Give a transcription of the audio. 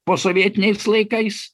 posovietiniais laikais